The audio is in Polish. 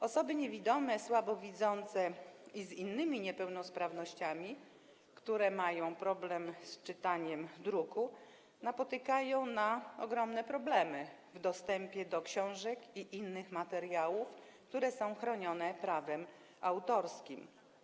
Osoby niewidome, słabowidzące i z innymi niepełnosprawnościami, które mają problem z czytaniem druku, napotykają ogromne problemy w dostępie do książek i innych materiałów, które są chronione prawem autorskim.